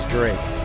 Drake